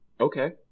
Okay